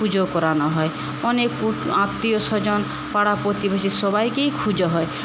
পুজো করানো হয় অনেক আত্মীয় স্বজন পাড়া প্রতিবেশী সবাইকেই খোঁজা হয়